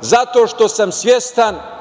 zato što sam svestan